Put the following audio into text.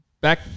back